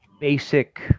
basic